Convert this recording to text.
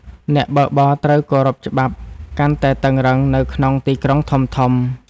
អ្នកបើកបរត្រូវគោរពច្បាប់កាន់តែតឹងរ៉ឹង នៅក្នុងទីក្រុងធំៗ។